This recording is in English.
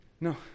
No